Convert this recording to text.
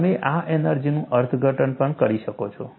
તમે આ એનર્જીનું અર્થઘટન પણ કરી શકો છો